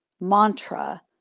mantra